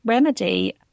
remedy